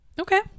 Okay